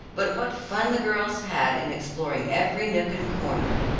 but what fun the girls had in exploring every nook and corner!